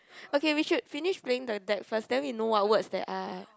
okay we should finish playing the deck first then we know what words there are